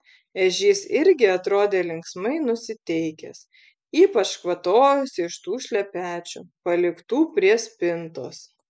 ežys irgi atrodė linksmai nusiteikęs ypač kvatojosi iš tų šlepečių paliktų prie spintos